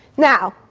now,